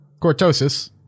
cortosis